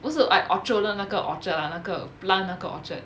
不是 like orchard road 那个 orchard ah 那个 plant 那个 orchid